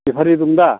बेफारि दं दा